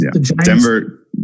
Denver